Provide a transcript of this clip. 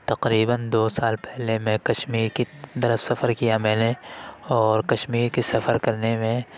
تقریباً دو سال پہلے میں کشمیر کی طرف سفر کیا میں نے اور کشمیر کے سفر کرنے میں